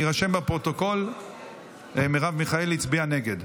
יירשם בפרוטוקול שמרב מיכאלי הצביעה נגד.